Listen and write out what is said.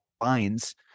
lines